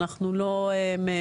אנחנו לא ממתגים,